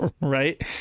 Right